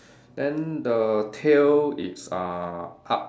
then the tail is uh up